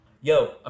Yo